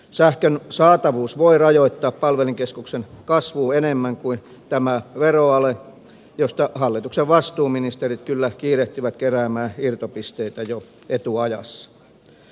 sähkön saatavuus voi rajoittaa palvelinkeskuksen kasvua enemmän kuin tämä veroale josta hallituksen vastuuministerit kyllä kiirehtivät keräämään irtopisteitä jo etuajassa